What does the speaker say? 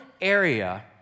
area